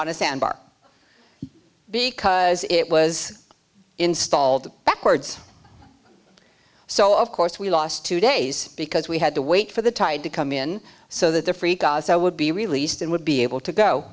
sandbar because it was installed backwards so of course we lost two days because we had to wait for the tide to come in so that the free gaza would be released and would be able to go